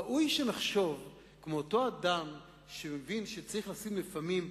ראוי שנחשוב כמו אותו אדם שמבין שצריך לפעמים להתכופף,